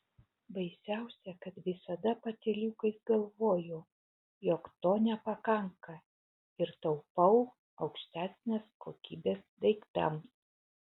baisiausia kad visada patyliukais galvoju jog to nepakanka ir taupau aukštesnės kokybės daiktams